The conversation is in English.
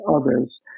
others